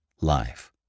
life